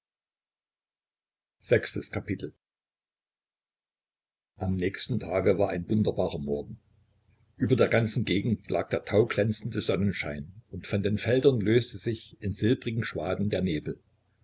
am nächsten tage war ein wunderbarer morgen über der ganzen gegend lag der tauglänzende sonnenschein und von den feldern löste sich in silbrigen schwaden der nebel